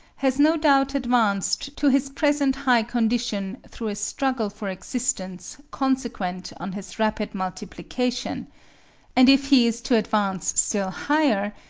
has no doubt advanced to his present high condition through a struggle for existence consequent on his rapid multiplication and if he is to advance still higher,